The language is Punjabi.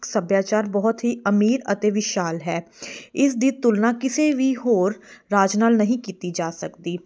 ਸੱਭਿਆਚਾਰ ਬਹੁਤ ਹੀ ਅਮੀਰ ਅਤੇ ਵਿਸ਼ਾਲ ਹੈ ਇਸ ਦੀ ਤੁਲਨਾ ਕਿਸੇ ਵੀ ਹੋਰ ਰਾਜ ਨਾਲ ਨਹੀਂ ਕੀਤੀ ਜਾ ਸਕਦੀ